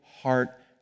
heart